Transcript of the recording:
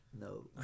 No